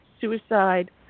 suicide